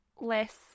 less